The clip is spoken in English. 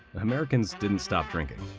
americans didn't stop drinking.